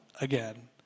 again